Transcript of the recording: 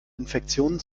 infektionen